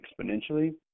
exponentially